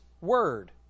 word